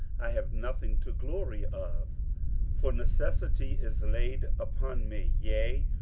i have nothing to glory of for necessity is laid upon me yea,